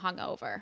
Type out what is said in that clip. hungover